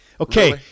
Okay